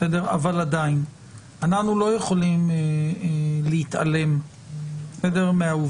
אבל עדיין אנחנו לא יכולים להתעלם מהעובדה